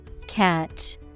Catch